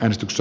äänestys